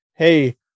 hey